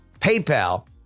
PayPal